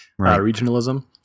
Regionalism